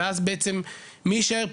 ואז בעצם מי יישאר פה,